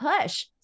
push